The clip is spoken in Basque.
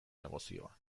negozioa